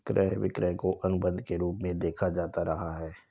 क्रय विक्रय को अनुबन्ध के रूप में देखा जाता रहा है